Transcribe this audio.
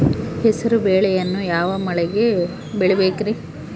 ಹೆಸರುಬೇಳೆಯನ್ನು ಯಾವ ಮಳೆಗೆ ಬೆಳಿಬೇಕ್ರಿ?